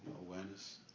awareness